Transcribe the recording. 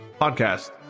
podcast